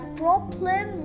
problem